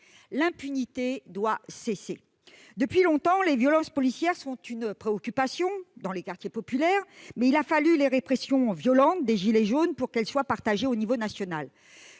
L'impunité doit cesser. Depuis longtemps, les violences policières sont une préoccupation dans les quartiers populaires, mais il a fallu les répressions violentes des gilets jaunes pour que cette préoccupation